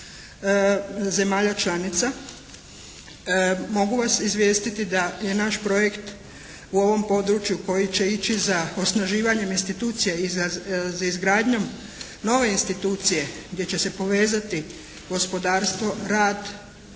zemalja članica. Mogu vas izvijestiti da je naš projekt u ovom području koji će ići za osnaživanjem institucija i za izgradnjom nove institucije gdje će se povezati gospodarstvo, rad,